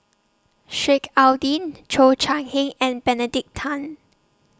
Sheik Alau'ddin Cheo Chai Hiang and Benedict Tan